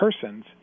persons